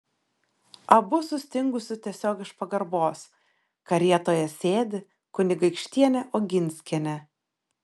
abu sustingusiu tiesiog iš pagarbos karietoje sėdi kunigaikštienė oginskienė